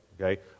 okay